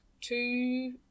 two